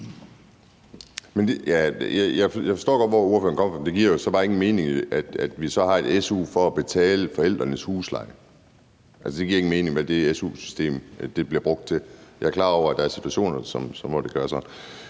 Jeg forstår godt, hvor ordføreren vil hen, men det giver jo så bare ingen mening, at vi har en su for at betale forældrenes husleje. Altså, det giver ingen mening, at su-systemet bliver brugt til det. Jeg er klar over, at der er situationer, hvor det kan være sådan.